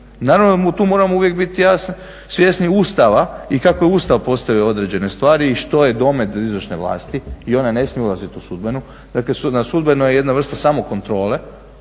Naravno da tu moramo biti svjesni Ustava i kako je Ustav postavio određene stvari i što je domet izvršne vlasti i ona ne smije ulaziti u sudbenu. Dakle na sudbeno je jedna vrsta samokontrole